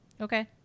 okay